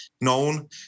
known